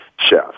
chef